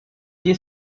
key